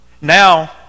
Now